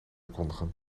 kondigen